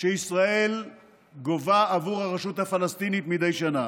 שישראל גובה עבור הרשות הפלסטינית מדי שנה.